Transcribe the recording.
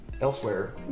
elsewhere